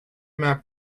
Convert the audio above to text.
map